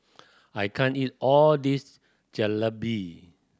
I can't eat all this Jalebi